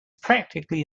practically